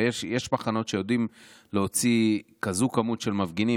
ויש מחנות שיודעים להוציא כמות כזאת של מפגינים,